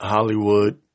Hollywood